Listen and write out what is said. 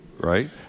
right